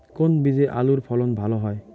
কোন বীজে আলুর ফলন ভালো হয়?